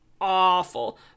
awful